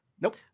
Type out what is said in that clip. Nope